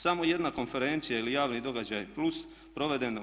Samo jedna konferencija ili javni događaj plus provedeno